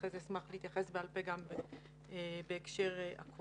אחרי זה אשמח להתייחס בעל פה גם בהקשר לקורונה,